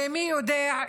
ומי יודע,